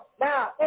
Now